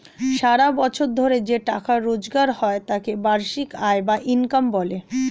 সারা বছর ধরে যে টাকা রোজগার হয় তাকে বার্ষিক আয় বা ইনকাম বলে